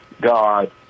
God